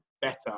better